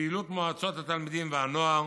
פעילות מועצות התלמידים והנוער,